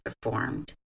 performed